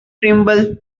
tremble